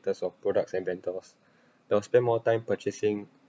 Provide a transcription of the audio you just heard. that's all products and vendors they'll spend more time purchasing